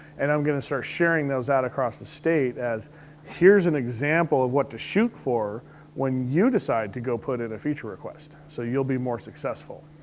and i'm gonna start sharing those out across the state as here's an example of what to shoot for when you decide to go put in a feature request, so you'll be more successful.